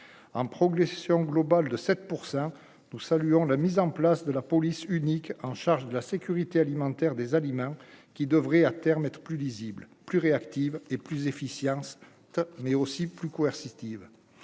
en progression globale de 7 % nous saluons la mise en place de la police unique en charge de la sécurité alimentaire des aliments qui devrait à terme être plus lisible, plus réactive et plus efficience, mais aussi plus coercitives,